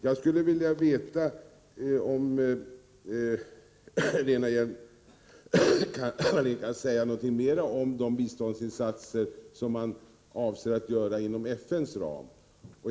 Jag undrar om Lena Hjelm-Wallén kan säga något mer om de biståndsinsatser som man avser att göra inom FN:s ram.